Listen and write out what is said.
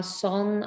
son